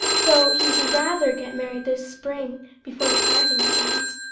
though he'd rather get married this spring before the planting begins.